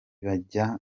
bajya